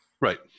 Right